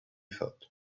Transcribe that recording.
thought